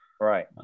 Right